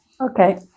Okay